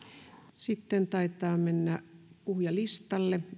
sitten taitaa mennä puhujalistalle